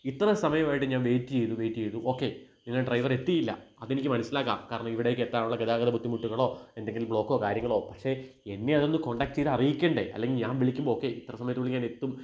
ഇത്ര സമയമായിട്ട് ഞാൻ വെയിറ്റ് ചെയ്തു വെയിറ്റ് ചെയ്തു ഓക്കെ ഇനിയാ ഡ്രൈവറെത്തിയില്ല അതെനിക്ക് മനസിലാക്കാം കാരണം ഇവിടേക്കെത്താനുള്ള ഗതാഗത ബുദ്ധിമുട്ടുകളോ എന്തെങ്കിലും ബ്ലോക്കോ കാര്യങ്ങളോ പക്ഷെ എന്നെയതൊന്ന് കോണ്ടാക്ട് ചെയ്ത് അറിയിക്കണ്ടേ അല്ലെങ്കില് ഞാന് വിളിക്കുമ്പോള് ഓക്കെ ഇത്ര സമയത്തിനുള്ളില് ഞാനെത്തും